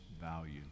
value